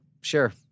sure